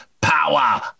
power